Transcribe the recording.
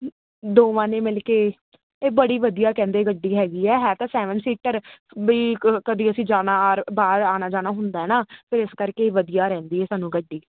ਦੋਵਾਂ ਨੇ ਮਿਲ ਕੇ ਇਹ ਬੜੀ ਵਧੀਆ ਕਹਿੰਦੇ ਗੱਡੀ ਹੈਗੀ ਹ ਹੈ ਤਾਂ ਸੈਵਨ ਸੀਟਰ ਵੀ ਕਦੀ ਅਸੀਂ ਜਾਣਾ ਬਾਹਰ ਆਣਾ ਜਾਣਾ ਹੁੰਦਾ ਨਾ ਤੇ ਇਸ ਕਰਕੇ ਵਧੀਆ ਰਹਿੰਦੀ ਹ ਸਾਨੂੰ ਗੱਡੀ